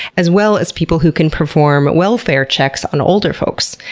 as well as people who can perform welfare checks on older folks.